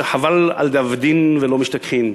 שחבל על דאבדין ולא משתכחין.